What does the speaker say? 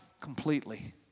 completely